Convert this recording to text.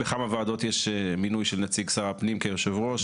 בכמה ועדות יש מינוי של נציג שר הפנים כיושב ראש.